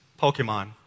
Pokemon